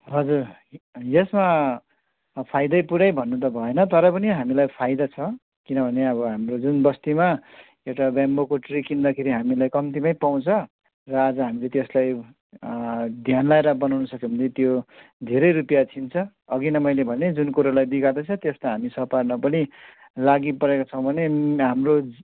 हजुर यसमा फाइदै पुरै भन्नु त भएन तरपनि हामीलाई फाइदा छ किनभने अब हाम्रो जुन बस्तीमा एउटा ब्याम्बोको ट्री किन्दाखेरि हामीलाई कम्तीमै पाउँछ र आज हामीले त्यसलाई ध्यान लगाएर बनाउन सक्यो भने त्यो धेरै रूपियाँ छिन्छ अघि नै मैले भने जुन कुरोलाई बिगार्दैछ त्यसलाई हामी सपार्न पनि लागिपरेका छौँ भने हाम्रो